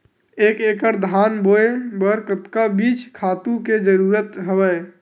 एक एकड़ धान बोय बर कतका बीज खातु के जरूरत हवय?